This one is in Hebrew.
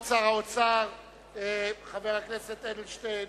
כבוד שר האוצר, חבר הכנסת אדלשטיין,